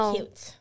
Cute